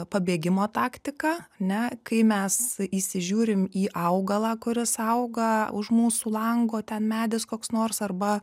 pabėgimo taktika ne kai mes įsižiūrim į augalą kuris auga už mūsų lango ten medis koks nors arba